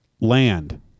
land